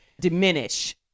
diminish